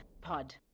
Pod